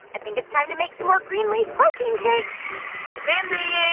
i think it's time to make some more green leaf protein shakes mindy,